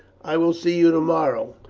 i will see you tomorrow,